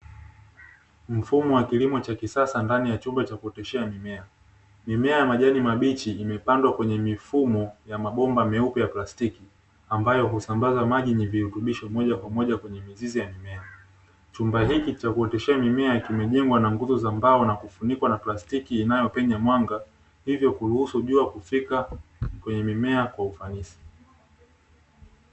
Mfumo wa kilimo cha kisasa ndani ya chumba cha kuoteshea mimea. Mimea ya majani mabichi imepandwa kwenye mifumo ya mabomba meusi ya plasitiki ambayo husambaza maji yenye virutubisho moja kwa moja kwenye mizizi ya mimea. Chumba hiki cha kuoteshea mimea kimejengwa na nguzo za mbao na kufunikwa na plasitki inayopenya mwanga, hivo kuruhusu jua kufika kwenye mimea kwa ufanisi.